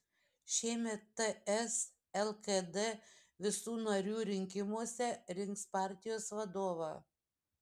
šiemet ts lkd visų narių rinkimuose rinks partijos vadovą